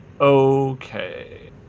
Okay